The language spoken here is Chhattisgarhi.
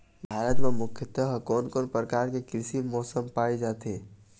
भारत म मुख्यतः कोन कौन प्रकार के कृषि मौसम पाए जाथे?